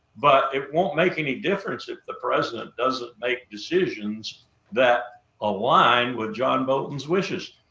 but it won't make any difference if the president doesn't make decisions that align with john bolton's wishes.